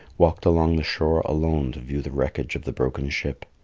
walked along the shore alone to view the wreckage of the broken ship.